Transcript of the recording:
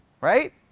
Right